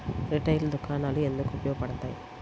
Retail దుకాణాలు ఎందుకు ఉపయోగ పడతాయి?